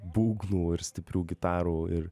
būgnų ir stiprių gitarų ir